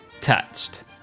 touched